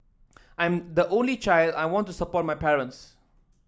I am the only child I want to support my parents